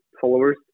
followers